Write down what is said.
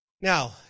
now